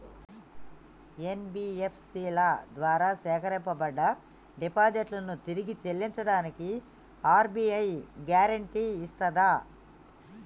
NBFC ల ద్వారా సేకరించబడ్డ డిపాజిట్లను తిరిగి చెల్లించడానికి ఆర్.బి.ఐ గ్యారెంటీ ఇస్తదా?